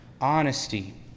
honesty